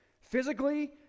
physically